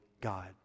God